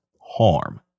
harm